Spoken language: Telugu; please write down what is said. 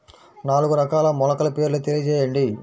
నాలుగు రకాల మొలకల పేర్లు తెలియజేయండి?